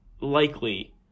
likely